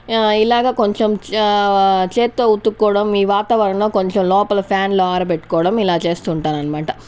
ఆ ఇలాగ కొంచెం చేత్తో ఉత్తుకోడం ఈ వాతావరణం కొంచెం లోపల ఫ్యాన్లు ఆరబెట్టుకోడం ఇలా చేస్తుంటారన్మాట